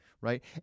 right